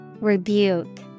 rebuke